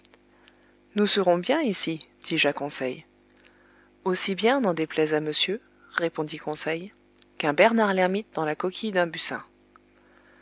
nous serons bien ici dis-je à conseil aussi bien n'en déplaise à monsieur répondit conseil qu'un bernard lermite dans la coquille d'un